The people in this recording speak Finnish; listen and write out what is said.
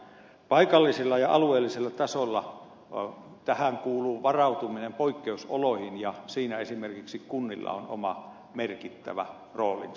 paikallisella ja alueellisella tasolla tähän kuuluu varautuminen poikkeusoloihin ja siinä esimerkiksi kunnilla on oma merkittävä roolinsa